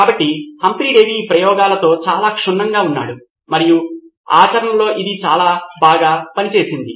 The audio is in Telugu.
కాబట్టి హంఫ్రీ డేవి ఈ ప్రయోగాలతో చాలా క్షుణ్ణంగా ఉన్నాడు మరియు ఆచరణలో ఇది చాలా బాగా పనిచేసింది